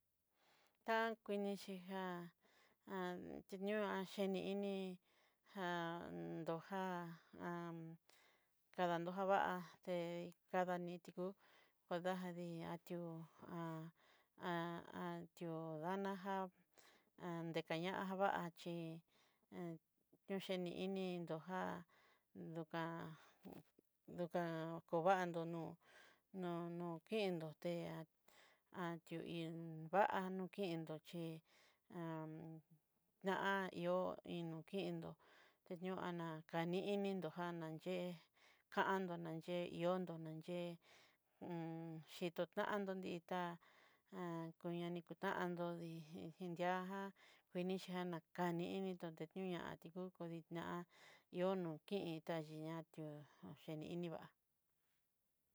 Ta kuini xhijá iñoaxhe neiní jan dó já jan kadandó njavá'a, te kadanii tikúú kuadadí ati'ó -ha naranja a dekaña váa chí naxheni'ini endojá, dukan dukan kuvandó nó no no kindoté ti'ó hí vaá no kindó xhe ta'am ihó iin no kindó'o teñoana kani'indidó njaná ché'e kando na ché í ondó na ché yitandodí tá nikutandó dii diája kuexhia nakani'inditó té kuñatí kukudí na'a ihó no kinta xhiná ti'ó oxheni'ini váa.